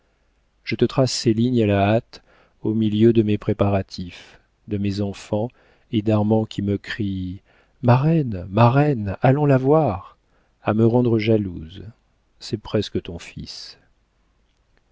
je te trace ces lignes à la hâte au milieu de mes préparatifs de mes enfants et d'armand qui me crie marraine marraine allons la voir à me rendre jalouse c'est presque ton fils